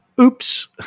oops